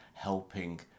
helping